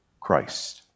Christ